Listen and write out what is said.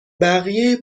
بقیه